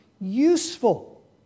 useful